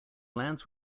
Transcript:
lands